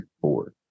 four